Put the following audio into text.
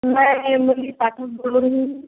मैं मुरली पाठक बोल रही हूँ